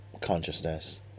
consciousness